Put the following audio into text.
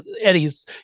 Eddie's